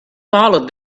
follow